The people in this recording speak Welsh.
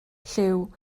lliw